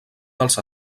dels